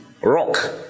Rock